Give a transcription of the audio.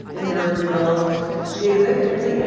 in their real daily life and it's like, yeah